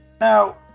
Now